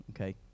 okay